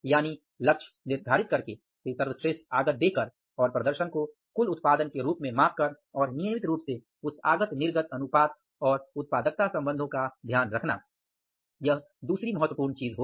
यानि लक्ष्य तय करके फिर सर्वश्रेष्ठ आगत दे कर और प्रदर्शन को कुल उत्पादन के रूप में माप कर और नियमित रूप से उस आगत निर्गत अनुपात और उत्पादकता संबंधो का ध्यान रखना यह दूसरी महत्वपूर्ण चीज होगी